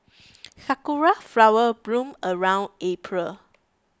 sakura flower bloom around April